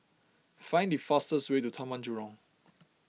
find the fastest way to Taman Jurong